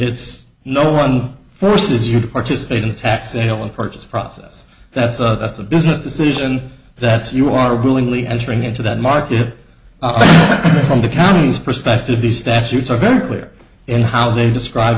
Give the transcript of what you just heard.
it's no one forces you to participate in fact sale and purchase process that's a that's a business decision that's you are willingly entering into that market from the county's perspective these statutes are very clear in how they describe